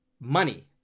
money